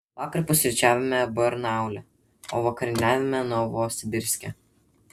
vakar pusryčiavome barnaule o vakarieniavome novosibirske